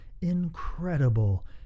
incredible